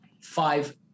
five